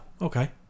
okay